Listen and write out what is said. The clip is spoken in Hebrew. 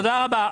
תודה רבה.